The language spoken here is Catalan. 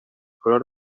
color